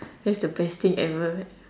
that's the best thing ever